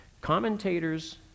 Commentators